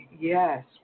yes